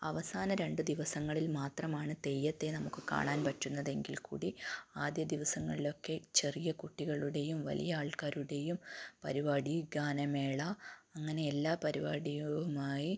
അവസാന രണ്ട് ദിവസങ്ങളിൽ മാത്രമാണ് തെയ്യത്തെ നമുക്ക് കാണാൻ പറ്റുന്നതെങ്കിൽ കൂടി ആദ്യ ദിവസങ്ങളിൽ ഒക്കെ ചെറിയ കുട്ടികളുടെയും വലിയ ആൾക്കാരുടെയും പരിപാടി ഗാനമേള അങ്ങനെ എല്ലാ പരിപാടിയുമായി